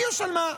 יש על מה.